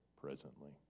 presently